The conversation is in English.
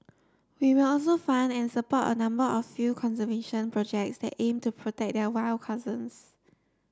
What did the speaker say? we will also fund and support a number of field conservation projects that aim to protect their wild cousins